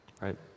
Right